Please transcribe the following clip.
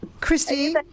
Christy